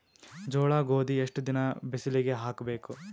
ಜೋಳ ಗೋಧಿ ಎಷ್ಟ ದಿನ ಬಿಸಿಲಿಗೆ ಹಾಕ್ಬೇಕು?